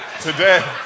today